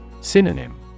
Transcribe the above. Synonym